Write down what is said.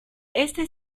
este